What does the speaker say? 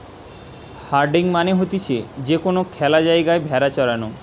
herding মানে হতিছে যে কোনো খ্যালা জায়গায় ভেড়া চরানো